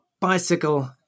bicycle